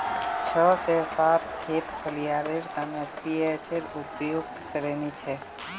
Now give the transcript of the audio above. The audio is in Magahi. छह से सात खेत फलियार तने पीएचेर उपयुक्त श्रेणी छे